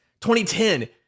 2010